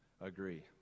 agree